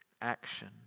action